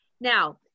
Now